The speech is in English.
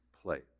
place